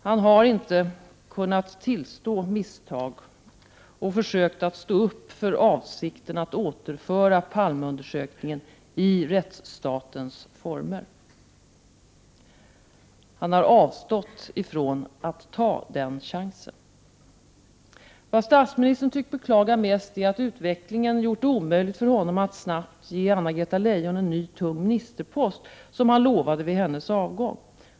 Han har inte kunnat tillstå misstag och försökt stå upp för avsikten att återföra Palmeundersökningen i rättsstatens former. Han har avstått från att ta den chansen. Vad statsministern tycks beklaga mest är att utvecklingen gjort det omöjligt för honom att snabbt ge Anna-Greta Leijon en ny, tung ministerpost, vilket han lovade vid hennes avgång.